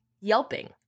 yelping